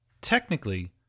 Technically